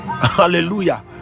hallelujah